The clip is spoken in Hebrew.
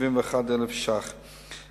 271,000 שקלים.